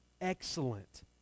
excellent